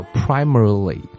primarily